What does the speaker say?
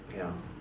ya